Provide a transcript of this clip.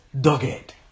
dogged